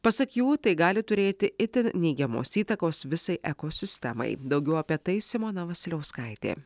pasak jų tai gali turėti itin neigiamos įtakos visai ekosistemai daugiau apie tai simona vasiliauskaitė